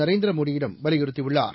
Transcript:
நரேந்திர மோடியிடம் வலியுறுத்தியுள்ளார்